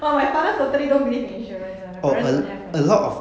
!wah! my father totally don't believe in insurance [one] my parents don't have [one]